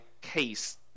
case